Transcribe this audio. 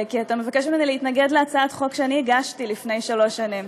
כי אתה מבקש ממני להתנגד להצעת חוק שאני הגשתי לפני שלוש שנים,